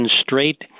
straight